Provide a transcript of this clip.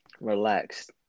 relaxed